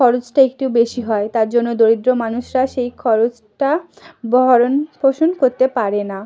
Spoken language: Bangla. খরচটা একটু বেশি হয় তার জন্য দরিদ্র মানুষরা সেই খরচটা ভরণপোষণ করতে পারে না